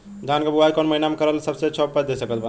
धान के बुआई कौन महीना मे करल सबसे अच्छा उपज दे सकत बा?